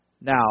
Now